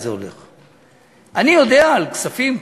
אני יודע על כספים,